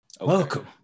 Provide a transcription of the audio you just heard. Welcome